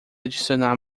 adicionar